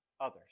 others